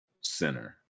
Center